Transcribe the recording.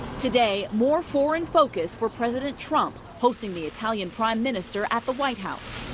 today, more foreign focus for president trump hosting the italian prime minister at the white house.